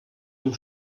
dem